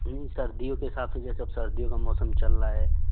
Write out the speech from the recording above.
सर्दियों के हिसाब से जैसे सर्दियों का मौसम चल रहा है